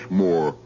more